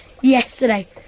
yesterday